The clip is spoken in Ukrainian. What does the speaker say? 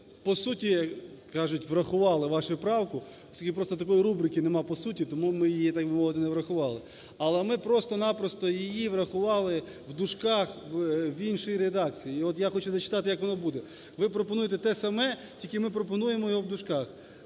по суті, як кажуть, врахували вашу правку, оскільки просто такої рубрики немає по суті, тому ми її, так би мовити, не врахували. Але ми просто-на-просто її врахували в дужках в іншій редакції. І от я хочу зачитати, як воно буде. Ви пропонуєте те саме, тільки ми пропонуємо його в дужках.